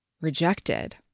rejected